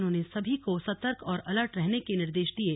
उन्होंने सभी को सतर्क और अलर्ट रहने के निर्देश दिये